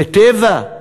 ל"טבע"?